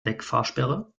wegfahrsperre